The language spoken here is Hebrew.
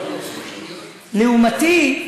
לעומתי,